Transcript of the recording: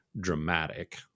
dramatic